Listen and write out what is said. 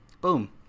Boom